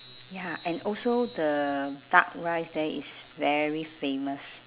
ya and also the duck rice there is very famous